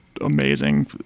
amazing